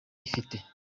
ifite